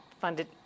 funded